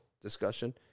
discussion